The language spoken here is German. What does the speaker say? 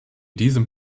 diesem